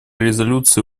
резолюции